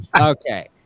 Okay